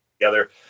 together